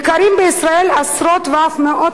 מחירי המזון יקרים בישראל בעשרות ואף במאות